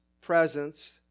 presence